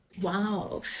Wow